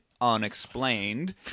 unexplained